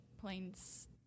planes